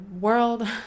world